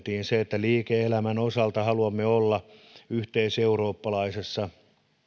perusteltiin sillä että liike elämän osalta haluamme olla yhteiseurooppalaisessa